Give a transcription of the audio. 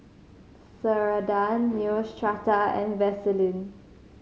Ceradan Neostrata and Vaselin